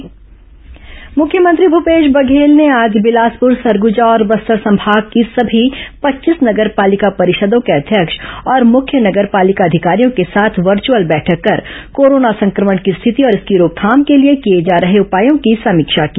मुख्यमंत्री नगर पालिका समीक्षा मुख्यमंत्री भूपेश बघेल ने आज बिलासपुर सरगुजा और बस्तर संभाग की सभी पच्चीस नगर पालिका परिषदों के अध्यक्ष और मुख्य नगर पालिका अधिकारियों के साथ वर्चअल बैठक कर कोरोना संक्रमण की स्थिति और इसकी रोकथाम के लिए किए जा रहे उपायों की समीक्षा की